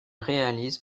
réalise